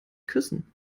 küssen